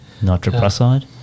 Nitroprusside